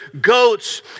goats